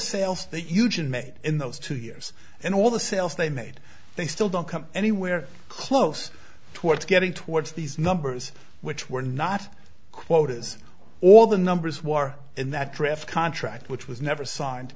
sales that huge and made in those two years and all the sales they made they still don't come anywhere close towards getting towards these numbers which were not quotas or the numbers war in that draft contract which was never signed